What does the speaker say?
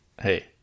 hey